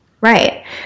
Right